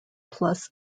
plus